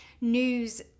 news